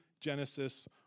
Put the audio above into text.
Genesis